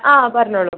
ആ പറഞ്ഞോളൂ